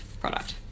product